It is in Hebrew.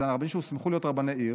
שהם רבנים שהוסמכו להיות רבני עיר,